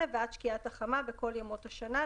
8:00 ועד שקיעת החמה בכל ימות השנה,